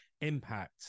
impact